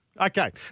okay